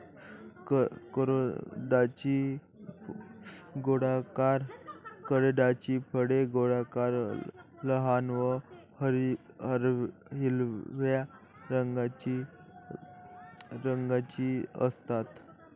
करोंदाची फळे गोलाकार, लहान व हिरव्या रंगाची असतात